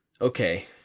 Okay